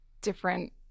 different